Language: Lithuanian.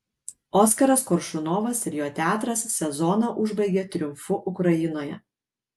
oskaras koršunovas ir jo teatras sezoną užbaigė triumfu ukrainoje